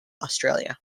australia